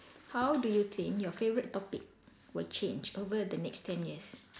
how do you think your favorite topic will change over the next ten years